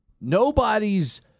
nobody's